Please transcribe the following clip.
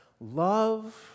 Love